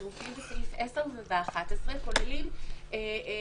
שמופיעות בסעיפים 10 ו-11, כוללים פנימיות